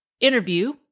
interview